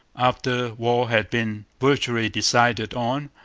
after war had been virtually decided on,